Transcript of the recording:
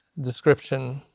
description